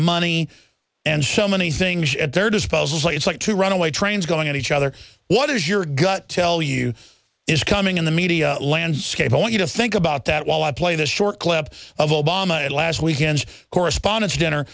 money and so many things at their disposal it's like to run away trains going at each other what does your gut tell you is coming in the media landscape i want you to think about that while i played a short clip of obama at last weekend's correspondents dinner